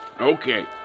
Okay